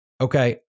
Okay